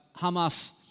hamas